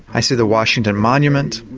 i see the washington monument.